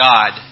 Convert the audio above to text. God